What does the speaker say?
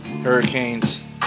hurricanes